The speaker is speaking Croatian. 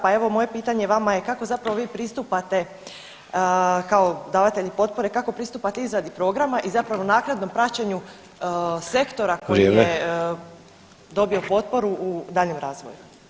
Pa evo moje pitanje vama je kako zapravo vi pristupate kao davatelj potpore, kako pristupate izradi programa i zapravo naknadnom praćenju sektora [[Upadica: Vrijeme.]] koji je dobio potporu u daljnjem razvoju?